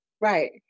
right